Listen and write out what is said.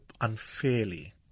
unfairly